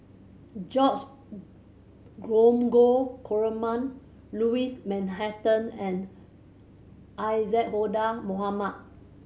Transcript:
George Dromgold Coleman Louis Mountbatten and Isadhora Mohamed